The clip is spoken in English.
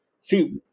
See